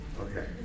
Okay